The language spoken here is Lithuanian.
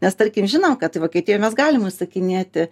nes tarkim žinom kad vokietijoj mes galim užsakinėti